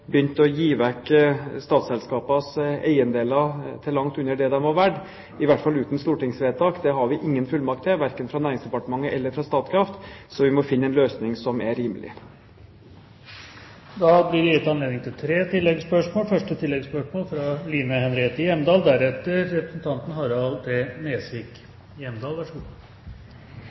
å gi vekk statsselskapenes eiendeler til langt under det de var verdt, i hvert fall uten stortingsvedtak. Det har vi ingen fullmakt til, verken i Næringsdepartementet eller i Statkraft. Så vi må finne en løsning som er rimelig. Det blir gitt anledning til tre oppfølgingsspørsmål – først Line Henriette Hjemdal.